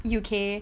uk